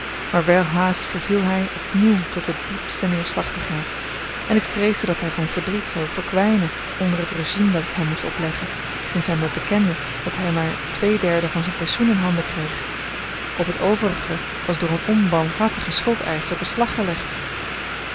maar welhaast verviel hij opnieuw tot de diepste neerslachtigheid en ik vreesde dat hij van verdriet zou verkwijnen onder het régime dat ik hem moest opleggen sinds hij mij bekende dat hij maar twee derden van zijn pensioen in handen kreeg op het overige was door een onbarmhartigen schuldeischer beslag gelegd